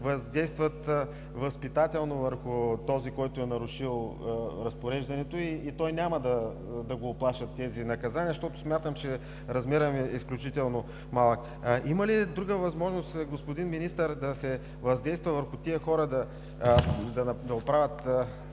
въздействат възпитателно върху този, който е нарушил разпореждането. Тези наказания няма да го уплашат, защото смятам, че размерът е изключително малък. Има ли друга възможност, господин Министър, да се въздейства върху тези хора да оправят